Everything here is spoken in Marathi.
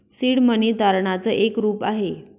सीड मनी तारणाच एक रूप आहे